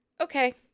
Okay